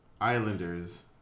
Islanders